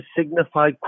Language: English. signify